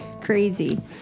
crazy